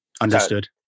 understood